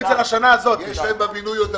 להם בבינוי עודפים.